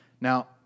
Now